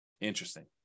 Interesting